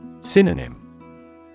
Synonym